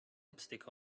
lipstick